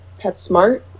PetSmart